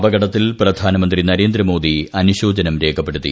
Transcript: അപകടത്തിൽ പ്രധാനമന്ത്രി നരേന്ദ്രമോദി അനുശോചനം രേഖപ്പെടുത്തി